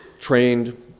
trained